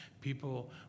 People